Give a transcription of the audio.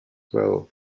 well